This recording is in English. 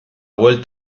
well